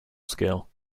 skill